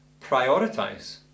prioritize